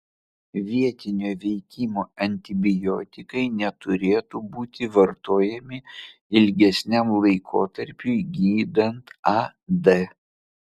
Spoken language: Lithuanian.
vietinio veikimo antibiotikai neturėtų būti vartojami ilgesniam laikotarpiui gydant ad